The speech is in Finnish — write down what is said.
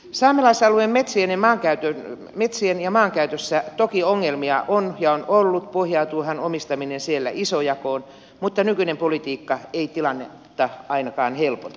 saamelaisalueen metsien ja maankäytössä toki ongelmia on ja on ollut pohjautuuhan omistaminen siellä isojakoon mutta nykyinen politiikka ei tilannetta ainakaan helpota